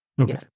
Okay